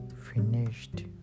finished